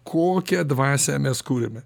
kokią dvasią mes kūriame